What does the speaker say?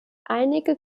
einige